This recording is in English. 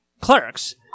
Clerks